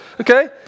Okay